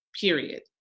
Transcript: Period